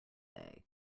day